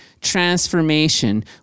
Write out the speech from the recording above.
transformation